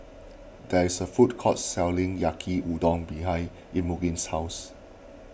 there is a food court selling Yaki Udon behind Imogene's house